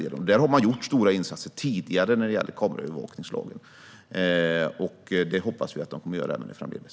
Här har man tidigare gjort stora insatser vad gäller kameraövervakningslagen, och det hoppas jag att man kommer att göra även framdeles.